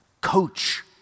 Coach